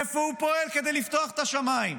איפה הוא פועל כדי לפתוח את השמיים?